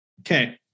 Okay